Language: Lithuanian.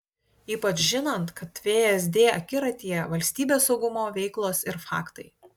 ypač žinant kad vsd akiratyje valstybės saugumo veiklos ir faktai